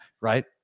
right